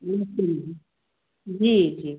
नमस्ते मैम जी जी